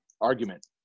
argument